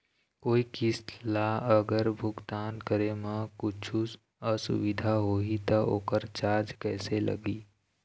कोई किस्त ला अगर भुगतान करे म कुछू असुविधा होही त ओकर चार्ज कैसे लगी?